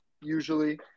usually